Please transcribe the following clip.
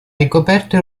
ricoperto